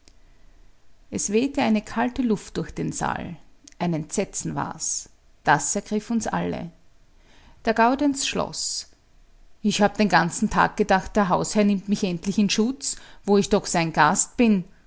es wehte eine kalte luft durch den saal ein entsetzen war's das ergriff uns alle der gaudenz schloß ich hab den ganzen tag gedacht der hausherr nimmt mich endlich in schutz wo ich doch sein gast bin